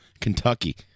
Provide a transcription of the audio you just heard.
Kentucky